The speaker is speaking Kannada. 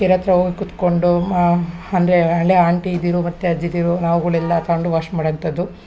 ಕೆರೆ ಹತ್ರ ಹೋಗ್ ಕುತ್ಕೊಂಡು ಅಂದರೆ ಹಳೆಯ ಆಂಟಿದಿರು ಮತ್ತು ಅಜ್ಜಿದಿರು ನಾವುಗಳೆಲ್ಲ ತೊಂಡು ವಾಶ್ ಮಾಡೋಂಥದ್ದು